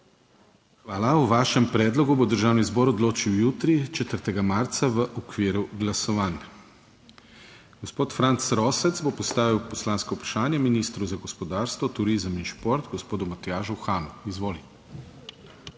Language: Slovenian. Hvala. O vašem predlogu bo Državni zbor odločil jutri, 4. marca, v okviru glasovanj. Gospod Franc Rosec bo postavil poslansko vprašanje ministru za gospodarstvo, turizem in šport gospodu Matjažu Hanu. Izvoli.